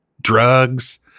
Drugs